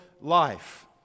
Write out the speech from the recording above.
life